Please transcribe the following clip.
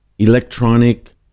electronic